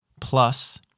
plus